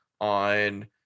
on